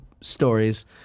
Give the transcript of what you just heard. stories